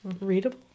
Readable